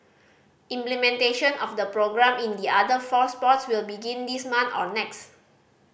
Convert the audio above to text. implementation of the programme in the other four sports will begin this month or next